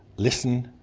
listen,